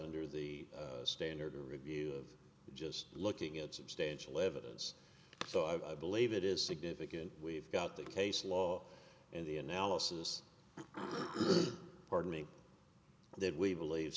under the standard review of just looking at substantial evidence so i believe it is significant we've got the case law and the analysis pardon me that we believe